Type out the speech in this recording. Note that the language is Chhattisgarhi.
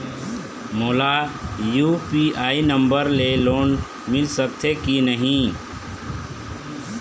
मोला यू.पी.आई नंबर ले लोन मिल सकथे कि नहीं?